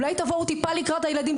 אולי תבואו קצת לקראת הילדים?